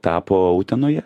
tapo utenoje